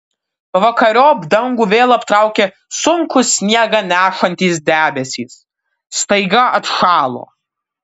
pavakariop dangų vėl aptraukė sunkūs sniegą nešantys debesys staiga atšalo